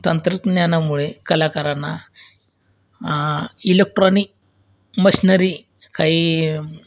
तंत्रज्ञानामुळे कलाकारांना electronic machinery काही